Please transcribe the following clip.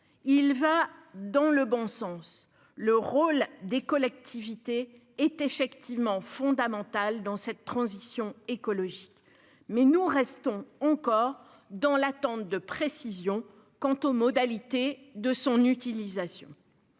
il va dans le bon sens, car le rôle des collectivités est effectivement fondamental dans cette transition écologique, mais nous restons encore dans l'attente de précisions sur la manière dont il sera